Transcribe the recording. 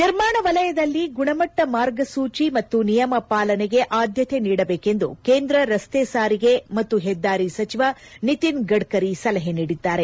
ನಿರ್ಮಾಣ ವಲಯದಲ್ಲಿ ಗುಣಮಟ್ಟ ಮಾರ್ಗಸೂಚಿ ಮತ್ತು ನಿಯಮ ಪಾಲನೆಗೆ ಆದ್ಲತೆ ನೀಡಬೇಕೆಂದು ಕೇಂದ್ರ ರಸ್ತೆ ಸಾರಿಗೆ ಮತ್ತು ಹೆದ್ದಾರಿ ಸಚಿವ ನಿತಿನ್ ಗಢ್ತರಿ ಸಲಹೆ ನೀಡಿದ್ದಾರೆ